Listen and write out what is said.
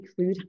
food